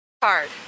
card